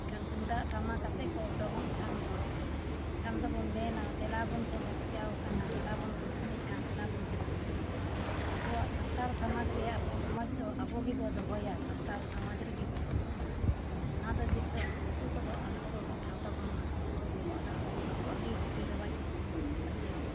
ᱮᱱᱠᱷᱟᱱ ᱛᱩᱢᱫᱟᱜ ᱴᱟᱢᱟᱠᱟᱛᱮ ᱠᱚ ᱩᱰᱩᱠᱚᱜ ᱠᱷᱟᱱ ᱫᱚ ᱮᱱᱠᱷᱟᱱ ᱫᱚᱵᱚᱱ ᱢᱮᱱᱟ ᱫᱮᱞᱟ ᱵᱚᱱ ᱵᱚᱱ ᱨᱟᱥᱠᱟᱹᱣ ᱟᱠᱟᱱᱟ ᱫᱮᱞᱟ ᱵᱚᱱ ᱵᱚᱱ ᱮᱱᱮᱡᱼᱟ ᱫᱮᱞᱟ ᱵᱚᱱ ᱵᱚᱱ ᱥᱮᱨᱮᱧᱟ ᱟᱵᱚᱣᱟᱜ ᱥᱟᱱᱛᱟᱲ ᱥᱚᱢᱟᱡᱽ ᱨᱮᱭᱟᱜ ᱥᱚᱢᱟᱡᱽ ᱫᱚ ᱟᱵᱚ ᱜᱮᱵᱚ ᱫᱚᱦᱚᱭᱟ ᱥᱟᱱᱛᱟᱲ ᱥᱚᱢᱟᱡᱽ ᱨᱮᱜᱮ ᱵᱚ ᱫᱚᱦᱚ ᱠᱟᱜᱼᱟ ᱚᱱᱟ ᱫᱚ ᱫᱤᱥᱚᱢ ᱫᱤᱠᱩ ᱠᱚᱫᱚ ᱟᱞᱚ ᱠᱚ ᱦᱟᱛᱟᱣ ᱛᱟᱵᱚᱱ ᱢᱟ ᱟᱵᱚᱣᱟᱜ ᱫᱚ ᱟᱵᱚ ᱟᱵᱚᱣᱟᱜ ᱜᱮ ᱨᱤᱛᱤᱼᱨᱮᱣᱟᱡᱽ ᱫᱚᱵᱚ ᱫᱚᱦᱚ ᱠᱟᱛᱟᱵᱚᱱᱟ